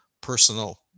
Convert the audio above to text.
personal